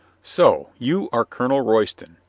so you are colonel royston,